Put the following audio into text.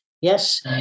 Yes